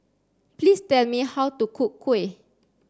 please tell me how to cook Kuih